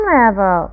level